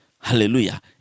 Hallelujah